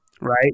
Right